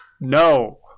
no